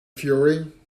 fury